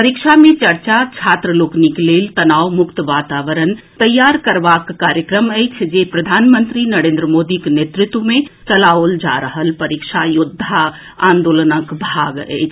परीक्षा पे चर्चा छात्र लोकनिक लेल तनाव मुक्त वातावरण तैयार करबाक कार्यक्रम अछि जे प्रधानमंत्री नरेन्द्र मोदीक नेतृत्व मे चलाओल जा रहल परीक्षा योद्वा आंदोलनक भाग अछि